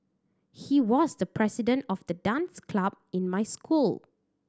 he was the president of the dance club in my school